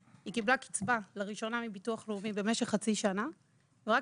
היא קיבלה קצבה לראשונה מביטוח לאומי במשך חצי שנה ורק